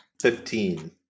Fifteen